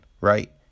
right